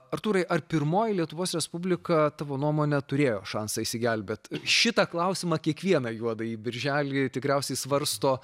artūrai ar pirmoji lietuvos respublika tavo nuomone turėjo šansą išsigelbėt šitą klausimą kiekvieną juodąjį birželį tikriausiai svarsto